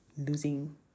losing